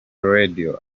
radio